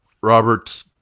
Robert